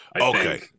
Okay